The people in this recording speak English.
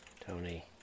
Tony